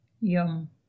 yum